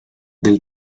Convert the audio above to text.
del